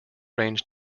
range